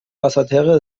basseterre